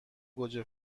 گوجه